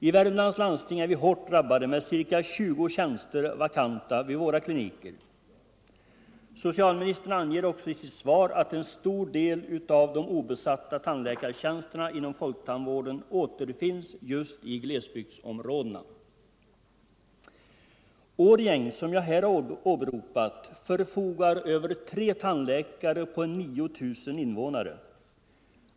I Värmlands landsting är vi hårt drabbade med ca 20 tjänster vakanta vid våra kliniker. Socialministern anger också i sitt svar att en stor del av de obesatta tandläkartjänsterna inom folktandvården återfinns just i glesbygdsområdena. Årjäng, som jag här har åberopat, förfogar över tre tandläkare på 9 000 invånare.